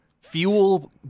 fuel